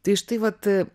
tai štai vat